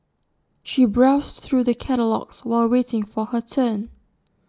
she browsed through the catalogues while waiting for her turn